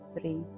three